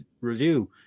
review